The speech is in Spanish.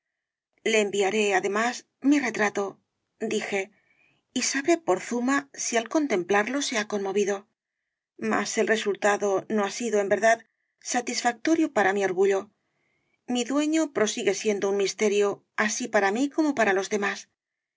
le enviaré además mi retrato dije y sabré por zuma si al contemplarlo se ha conmovido mas el resultado no ha sido en verdad satisfactorio para mi orgullo mi dueño prosigue siendo un misterio así para mí como para los demás